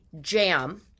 jam